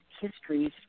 histories